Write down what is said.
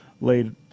laid